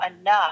enough